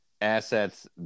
assets